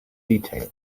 detail